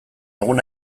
egun